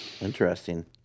interesting